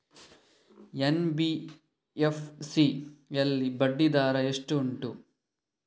NBFC ಯಲ್ಲಿ ಬಡ್ಡಿ ದರ ಎಷ್ಟು ಉಂಟು?